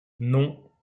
non